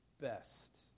best